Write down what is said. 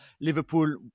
Liverpool